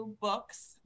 books